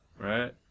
right